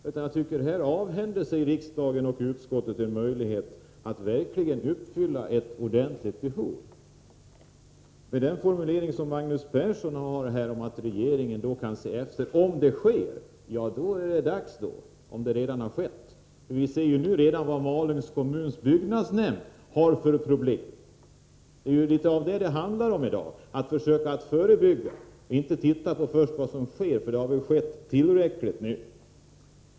Jag tycker att riksdagen och utskottet här avhänder sig en möjlighet att verkligen tillgodose ett ordentligt behov. Magnus Persson använder formuleringen att regeringen då kan se efter vad som görs. Men det är så dags om det hela redan har skett. Vi ser redan nu vad Malungs kommuns byggnadsnämnd har för problem. Det är ju om det som debatten delvis handlar i dag — att försöka förebygga och inte först titta på vad som sker. Det har väl skett tillräckligt nu.